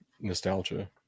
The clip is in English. nostalgia